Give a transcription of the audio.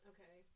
Okay